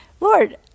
lord